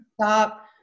stop